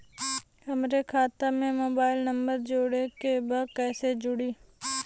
हमारे खाता मे मोबाइल नम्बर जोड़े के बा कैसे जुड़ी?